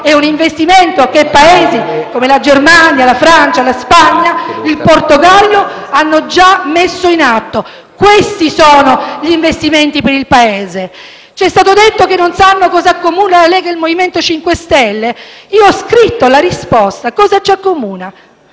è un investimento che Paesi come la Germania, la Francia, la Spagna, il Portogallo hanno già messo in atto. Questi sono gli investimenti per il Paese. Ci è stato detto che non sanno cosa accomuna la Lega e il MoVimento 5 Stelle. Io ho scritto la risposta: ci accomunano